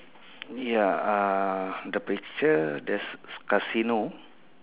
ya uh the picture there's casino